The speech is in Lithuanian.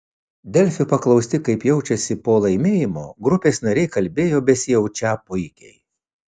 delfi paklausti kaip jaučiasi po laimėjimo grupės nariai kalbėjo besijaučią puikiai